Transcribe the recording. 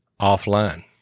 offline